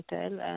hotel